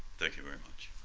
thank you very much